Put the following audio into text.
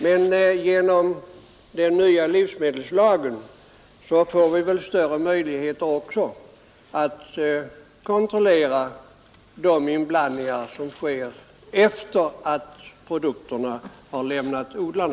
Men genom den nya livsmedelslagen får vi väl också större möjligheter att kontrollera de inblandningar som sker efter det att produkterna har lämnat odlarna.